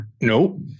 no